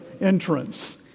entrance